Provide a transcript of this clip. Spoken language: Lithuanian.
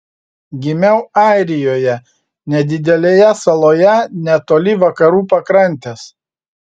gimiau airijoje nedidelėje saloje netoli vakarų pakrantės